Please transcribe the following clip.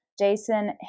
Jason